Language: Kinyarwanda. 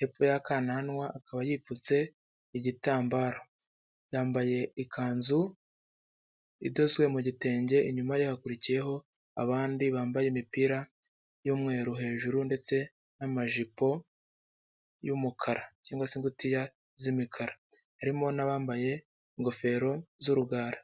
hepfo y'akananwa akaba yipfutse igitambaro, yambaye ikanzu idozwe mu gitenge inyuma ye hakurikiyeho abandi bambaye imipira y'umweru hejuru ndetse n'amajipo y'umukara cyangwa se ingutiya z'imikara harimo n'abambaye ingofero z'urugara.